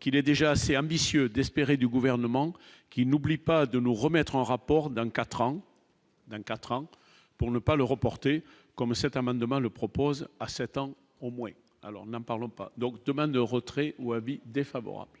qu'il est déjà assez ambitieux d'espérer du gouvernement qui n'oublie pas de me remettre un rapport de 24 ans 24 ans, pour ne pas le reporter comme cet amendement, le propose à 7 ans au moins, alors n'en parlons pas donc demain de retrait ou avis défavorable.